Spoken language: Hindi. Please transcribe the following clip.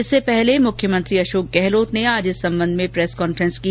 इससे पहले मुख्यमंत्री अशोक गहलोत ने भी आज इस संबंध में प्रेस कांफेस की